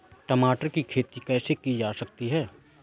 टमाटर की खेती कैसे की जा सकती है?